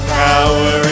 power